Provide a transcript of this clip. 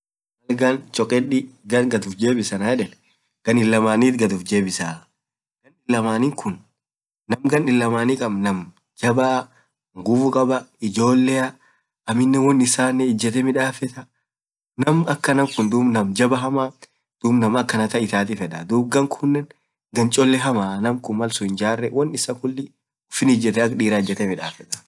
gaan chokedii gaan gadd ufjebisii anaan yedeen gaan ilamaanit gad ufjebisaa naam gan ilamani kaab jabaa ijolea aminen woan isaanen ijetee midafetaa duub naam akanan kuun nam jaba hamaa naam akana itatii fedaa, gan kuun gancholee hamaa malsun hinjaree woan issa kulii hinmidafeta akk diraa ijetee midafeta.